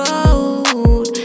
Road